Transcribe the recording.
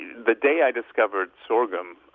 the day i discovered sorghum,